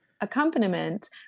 accompaniment